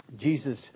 Jesus